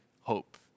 hope